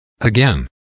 Again